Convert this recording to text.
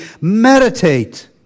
meditate